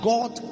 God